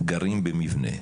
וגרים במבנה.